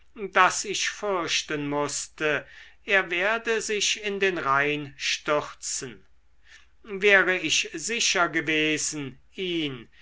daß ich fürchten mußte er werde sich in den rhein stürzen wäre ich sicher gewesen ihn